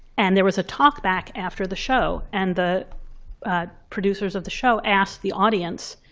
and there was a talk back after the show. and the producers of the show asked the audience,